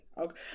Okay